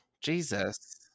Jesus